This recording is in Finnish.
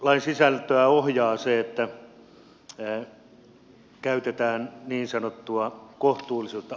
lain sisältöä ohjaa se että käytetään niin sanottua kohtuullisuutta